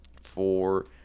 four